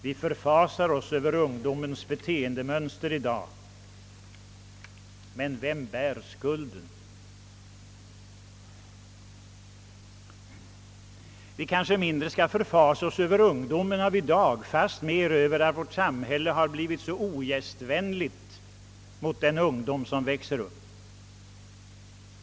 Vi förfasar oss över ungdomens beteende i dag, men vem bär skulden? Vi kanske borde förfasa oss mindre över ungdomen av i dag och mera Över att hela vårt samhälle blivit så ogästvänligt mot den ungdom som växer upp.